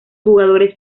jugadores